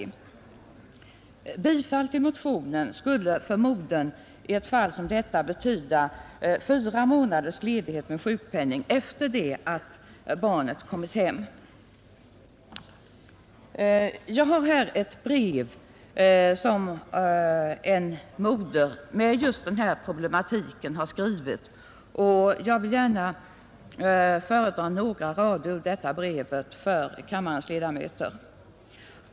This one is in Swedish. Ett bifall till motionen skulle för modern i ett fall som detta betyda fyra månaders ledighet med sjukpenning efter det att barnet kommit hem. Jag har här ett brev som en moder med dessa problem har skrivit. Jag vill gärna föredra några rader ur detta brev för kammarens ledamöter.